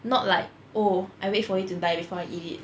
not like oh I wait for you to die before I eat it